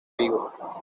vigo